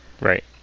Right